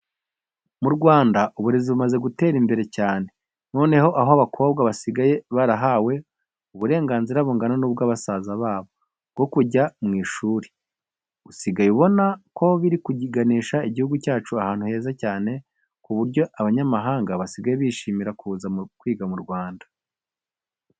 Mu Rwanda uburezi bumaze gutera imbere cyane. Noneho aho abakobwa basigaye barahawe uburenganzira bungana n'ubwabasaza babo bwo kujya ku ishuri, usigaye ubona ko biri kuganisha igihugu cyacu ahantu heza cyane ku buryo n'abanyamahanga basigaye bishimira kuza kwiga mu Rwanda.